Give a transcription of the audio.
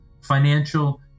financial